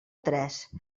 tres